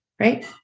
right